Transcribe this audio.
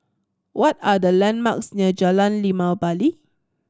what are the landmarks near Jalan Limau Bali